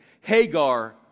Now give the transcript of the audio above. Hagar